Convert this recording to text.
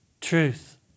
truth